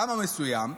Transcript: למה מסוים?